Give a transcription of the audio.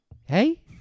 Hey